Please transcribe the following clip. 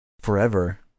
forever